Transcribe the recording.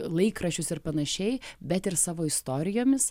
laikraščius ir panašiai bet ir savo istorijomis